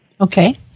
Okay